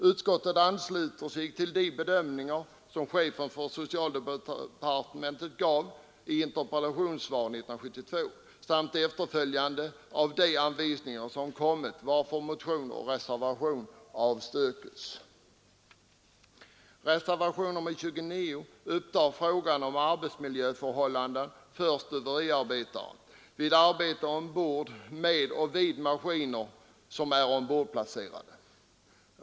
Utskottet ansluter sig till de bedömningar som chefen för socialdepartementet gjorde i en interpellationsdebatt i denna fråga 1972. Utskottet visar också på de nya anvisningar som kommit och avstyrker motionen. Reservationen 29 behandlar frågan om arbetsmiljöförhållandena för stuveriarbetare vid arbete ombord med och vid maskiner som är ombordplacerade.